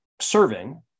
serving